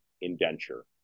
indenture